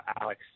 Alex